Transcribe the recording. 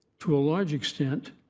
to a large extent,